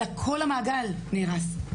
אלא כל המעגל נהרס.